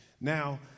Now